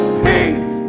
peace